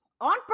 on